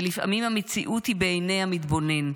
ולפעמים המציאות היא בעיני המתבונן,